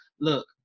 Look